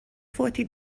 فوتی